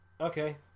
Okay